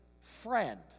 friend